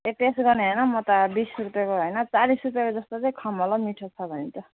ए test गर्ने होइन म त बिस रुपियाँको होइन चालिस रुपियाँको जस्तो चाहिँ खाऊँ होला हौ मिठो छ भने त